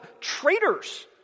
traitors